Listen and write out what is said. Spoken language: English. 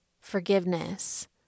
forgiveness